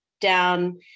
down